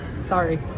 sorry